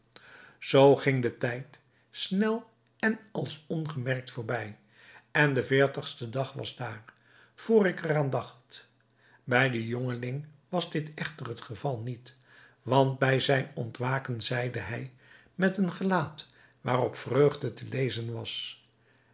zoo ging de tijd snel en als ongemerkt voorbij en de veertigste dag was daar vr ik er aan dacht bij den jongeling was dit echter het geval niet want bij zijn ontwaken zeide hij met een gelaat waarop vreugde te lezen was